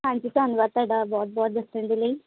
ਹਾਂਜੀ ਧੰਨਵਾਦ ਤੁਹਾਡਾ ਬਹੁਤ ਬਹੁਤ ਦੱਸਣ ਦੇ ਲਈ